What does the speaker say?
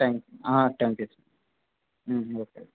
thank you thank you sir okay